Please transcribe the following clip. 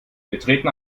betreten